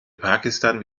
pakistan